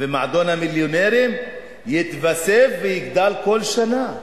ומועדון המיליונרים יתווסף ויגדל כל שנה.